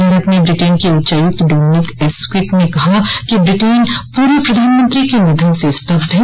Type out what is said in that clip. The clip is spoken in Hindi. भारत में ब्रिटेन के उच्चायुक्त डोमिनिक एस्क्विथ ने कहा कि ब्रिटेन पूर्व प्रधानमंत्री के निधन से स्तब्ध है